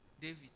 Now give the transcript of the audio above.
David